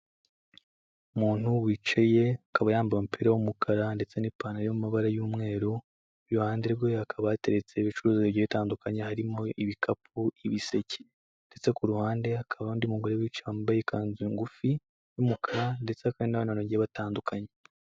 Umuntu wicaye akaba yambaye umupira w'umukara ndetse n'ipantaro yo mu mabara y'umweru, iruhande rwe akaba yateretse ibicuruzwa bigiye bitandukanye harimo: ibikapu, ibiseke ndetse ku ruhande hakaba n'undi mugore wicaye wambaye ikanzu ngufi y'umukara ndetse hakaba hari n'abandi bantu bagiye batandukanye.